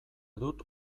dut